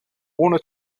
ohne